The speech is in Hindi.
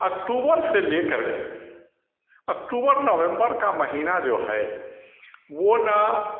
अक्टूबर से ले करके अक्टूबर नवम्बर का महीना जो है वह न